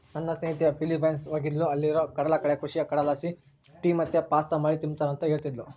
ನನ್ನ ಸ್ನೇಹಿತೆ ಫಿಲಿಪೈನ್ಸ್ ಹೋಗಿದ್ದ್ಲು ಅಲ್ಲೇರು ಕಡಲಕಳೆ ಕೃಷಿಯ ಕಳೆಲಾಸಿ ಟೀ ಮತ್ತೆ ಪಾಸ್ತಾ ಮಾಡಿ ತಿಂಬ್ತಾರ ಅಂತ ಹೇಳ್ತದ್ಲು